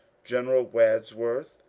general wadsworth,